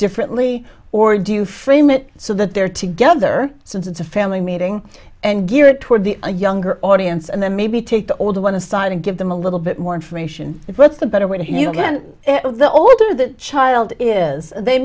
differently or do you frame it so that they're together since it's a family meeting and geared toward the a younger audience and then maybe take the older one aside and give them a little bit more information what's the better way to you know again the older the child is they